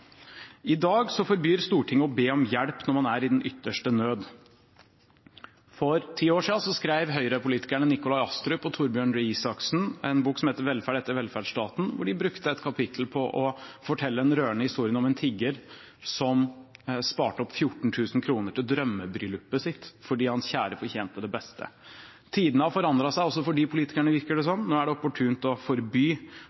I dag forbyr Stortinget det å be om hjelp når man er i den ytterste nød. For ti år siden skrev Høyre-politikerne Nikolai Astrup og Torbjørn Røe Isaksen en bok som heter Velferd etter velferdsstaten, hvor de brukte et kapittel på å fortelle en rørende historie om en tigger som sparte opp 14 000 kroner til drømmebryllupet sitt, fordi hans kjære fortjente det beste. Tidene har forandret seg også for de politikerne, virker det